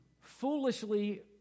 foolishly